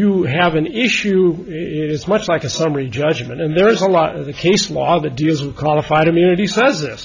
you have an issue it is much like a summary judgment and there is a lot of the case law that deals with qualified immunity says this